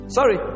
Sorry